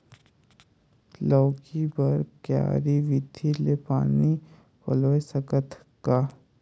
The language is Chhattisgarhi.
लौकी बर क्यारी विधि ले पानी पलोय सकत का?